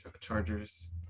Chargers